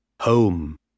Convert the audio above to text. Home